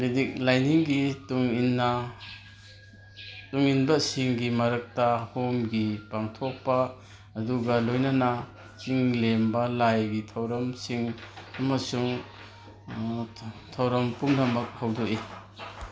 ꯕꯤꯗꯤꯛ ꯂꯥꯏꯅꯤꯡꯒꯤ ꯇꯨꯡ ꯏꯟꯅ ꯇꯨꯡ ꯏꯟꯕꯁꯤꯡꯒꯤ ꯃꯔꯛꯇ ꯍꯣꯝꯒꯤ ꯄꯥꯡꯊꯣꯛꯄ ꯑꯗꯨꯒ ꯂꯣꯏꯅꯅ ꯆꯤꯡ ꯂꯦꯝꯕ ꯂꯥꯏꯒꯤ ꯊꯧꯔꯝꯁꯤꯡ ꯑꯃꯁꯨꯡ ꯊꯧꯔꯝ ꯄꯨꯝꯅꯃꯛ ꯍꯧꯗꯣꯛꯏ